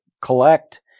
collect